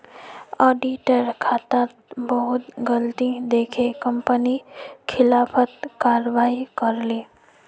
auditor खातात बहुत गलती दखे कंपनी खिलाफत कारवाही करले